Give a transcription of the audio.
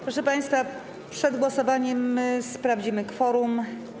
Proszę państwa, przed głosowaniem sprawdzimy kworum.